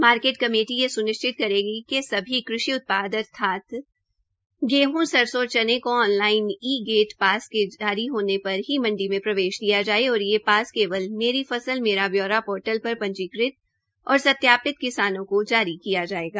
market committee यह स्निश्चित करेगी कि सभी कृषि उत्पाद अर्थात गेहं सरसोंऔर चना को ऑनलाइन ई गेट पास के जारी होने पर ही मंडी में प्रवेश दिया जाए और यह पास केवल मेरी फ़सल मेरा ब्यौरा पोर्टल पर पंजीकृत और सत्यापित किसानों को जारी किया जाएगा